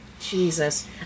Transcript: Jesus